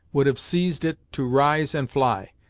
would have seized it to rise and fly.